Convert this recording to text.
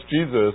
Jesus